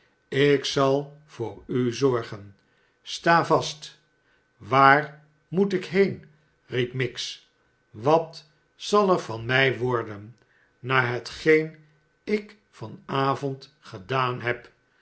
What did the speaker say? ik zal voor u zorgen sta vast swaar moet ik heen riep miggs wat zal er van mij worden na hetgeen ik van avond gedaan heb